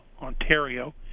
Ontario